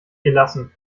gelassen